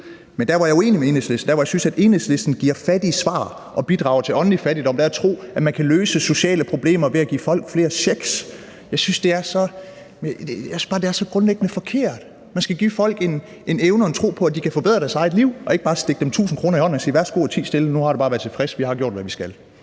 Men der, hvor jeg er uenig med Enhedslisten, og hvor jeg synes, at Enhedslisten giver fattige svar og bidrager til åndelig fattigdom, er ved at tro, at man kan løse sociale problemer ved at give folk flere checks. Jeg synes bare, at det er så grundlæggende forkert. Man skal give folk en evne og en tro på, at de kan forbedre deres eget liv – ikke bare stikke dem 1.000 kr. i hånden og sige: Værsgo at tie stille, nu har du bare at være tilfreds, for vi har gjort, hvad vi skal.